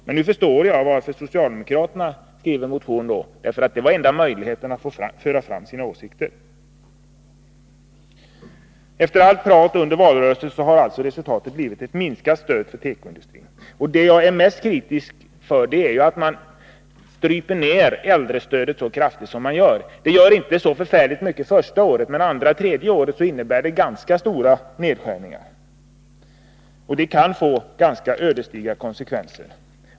Men nu förstår jag varför socialdemokraterna väckte en motion — det var den enda möjlighet de hade att framföra sina åsikter. Efter allt vad som sades under valrörelsen har resultatet alltså blivit ett minskat stöd till tekoindustrin. Det jag är mest kritisk mot är att man stryper ner äldrestödet så kraftigt som man gör. Det gör inte så förfärligt mycket första året, men andra och tredje året innebär det ganska stora nedskärningar. Det kan få rätt ödesdigra konsekvenser.